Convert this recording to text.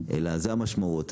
אלא זה המשמעות".